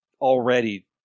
already